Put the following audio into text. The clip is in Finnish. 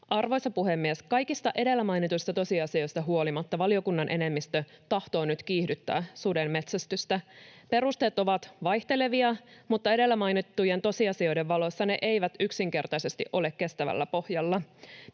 Arvoisa puhemies! Kaikista edellä mainituista tosiasioista huolimatta valiokunnan enemmistö tahtoo nyt kiihdyttää sudenmetsästystä. Perusteet ovat vaihtelevia, mutta edellä mainittujen tosiasioiden valossa ne eivät yksinkertaisesti ole kestävällä pohjalla.